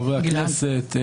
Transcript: חברי הכנסת,